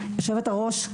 יושבת הראש,